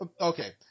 Okay